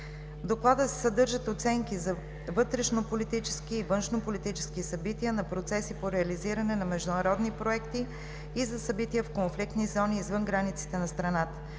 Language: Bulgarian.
доклада се съдържат оценки на вътрешнополитически и външнополитически събития, на процеси по реализиране на международни проекти и за събития в конфликтни зони извън границите на страната.